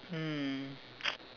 mm